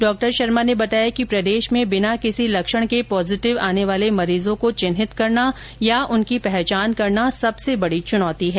डॉ शर्मा ने बताया कि प्रदेश में बिना किसी लक्षण के पॉजिटिव आने वाले मरीजों को चिन्हित करना या उनकी पहचान करना सबसे बड़ी चुनौती है